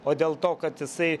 o dėl to kad jisai